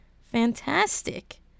Fantastic